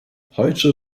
heute